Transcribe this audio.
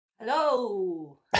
Hello